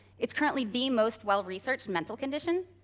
it's currently the most well-researched mental condition,